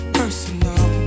personal